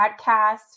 podcast